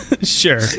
Sure